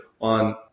on